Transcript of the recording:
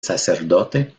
sacerdote